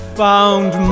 found